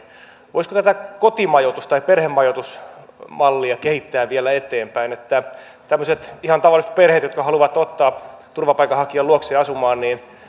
voisiko tätä kotimajoitusta ja perhemajoitusmallia kehittää vielä eteenpäin että tämmöiset ihan tavalliset perheet jotka haluavat ottaa turvapaikanhakijan luokseen asumaan